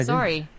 Sorry